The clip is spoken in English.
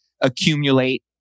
accumulate